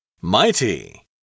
Mighty